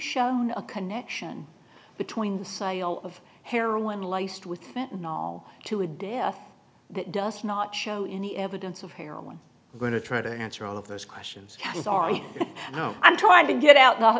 shown a connection between the sale of heroin laced with to a death that does not show any evidence of heroin going to try to answer all of those questions is are you know i'm trying to get out now